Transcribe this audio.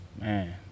Man